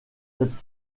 cette